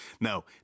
Now